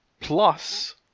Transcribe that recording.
plus